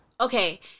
Okay